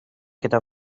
کتاب